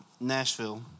Nashville